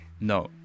No